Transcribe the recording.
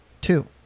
Two